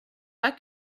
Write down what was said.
pas